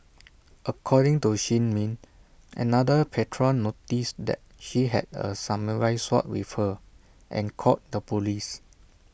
according to shin min another patron noticed that she had A samurai sword with her and called the Police